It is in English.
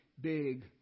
big